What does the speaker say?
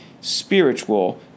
spiritual